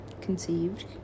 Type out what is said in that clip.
conceived